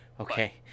Okay